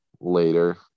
later